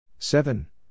Seven